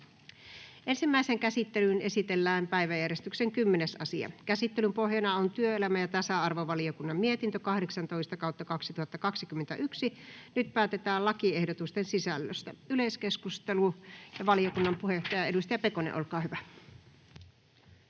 Ensimmäiseen käsittelyyn esitellään päiväjärjestyksen 10. asia. Käsittelyn pohjana on työelämä- ja tasa-arvovaliokunnan mietintö TyVM 18/2021 vp. Nyt päätetään lakiehdotusten sisällöstä. — Yleiskeskustelu, valiokunnan puheenjohtaja, edustaja Pekonen, olkaa hyvä.